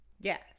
Yes